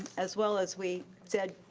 as well as we said,